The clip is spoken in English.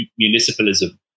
municipalism